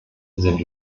sind